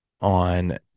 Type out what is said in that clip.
on